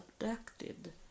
abducted